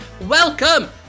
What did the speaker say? Welcome